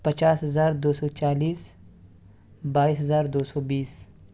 پچاس ہزار دو سو چالیس بائیس ہزار دو سو بیس